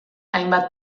hainbat